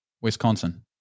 Wisconsin